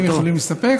המציעים יכולים להסתפק,